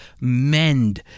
mend